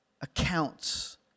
accounts